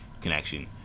connection